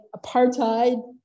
apartheid